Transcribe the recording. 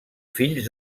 fills